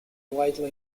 widely